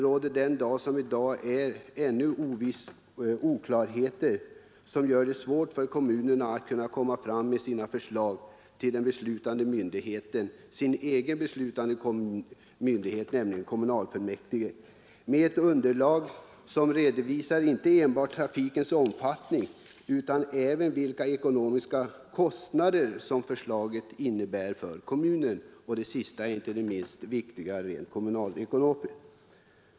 Ännu den dag som i dag är råder oklarheter, som gör det svårt för kommunerna att komma fram med sina förslag till sin egen beslutande myndighet, nämligen kommunfullmäktige, med ett underlag som redovisar inte enbart trafikens omfattning utan även vilka kostnader som förslaget innebär för kommunen. Det sistnämnda är det inte minst viktiga rent kommunalekonomiskt.